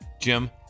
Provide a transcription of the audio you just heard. Jim